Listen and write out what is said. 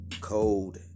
Cold